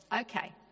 Okay